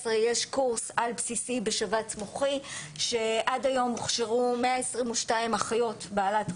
מתוכם 367 עד גיל 67. זה אומר ש-31% הם מעל לגיל